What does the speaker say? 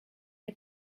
est